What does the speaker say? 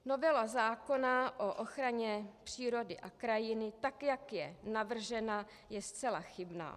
Novela zákona o ochraně přírody a krajiny, jak je navržena, je zcela chybná.